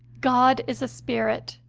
god is a spirit,